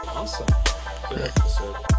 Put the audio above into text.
Awesome